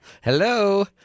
Hello